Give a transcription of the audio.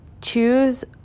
choose